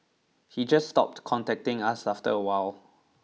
he just stopped contacting us after a while